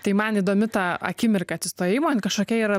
tai man įdomi ta akimirka atsistojimo kažkokia yra